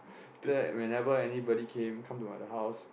after that whenever anybody came come to my house